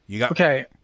Okay